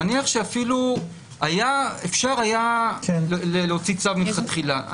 נניח שאפילו אפשר היה להוציא צו מלכתחילה.